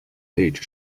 data